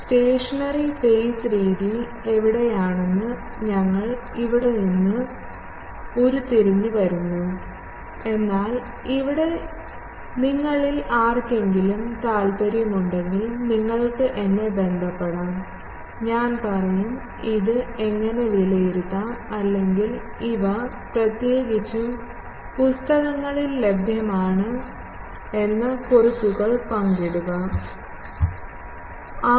stationery phase രീതി എവിടെയാണെന്ന് ഞങ്ങൾ ഇവിടെ നിന്ന് ഉരുത്തിരിഞ്ഞു വരുന്നു എന്നാൽ ഇവിടെ നിങ്ങളിൽ ആർക്കെങ്കിലും താൽപ്പര്യമുണ്ടെങ്കിൽ നിങ്ങൾക്ക് എന്നെ ബന്ധപ്പെടാം ഞാൻ പറയും ഇത് എങ്ങനെ വിലയിരുത്താം അല്ലെങ്കിൽ ഇവ പ്രത്യേകിച്ചും പുസ്തകങ്ങളിൽ ലഭ്യമാണ് എന്ന കുറിപ്പുകൾ പങ്കിടുക ആർ